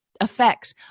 effects